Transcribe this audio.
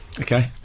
Okay